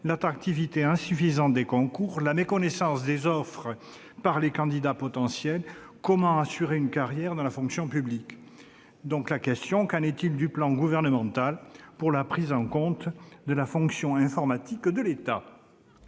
l'attractivité insuffisante des concours, la méconnaissance des offres par les candidats potentiels, ou encore la difficulté à assurer une carrière dans la fonction publique. Qu'en est-il du plan gouvernemental pour la prise en compte de la fonction informatique de l'État ?